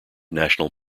national